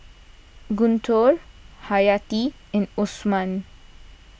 Guntur Haryati and Osman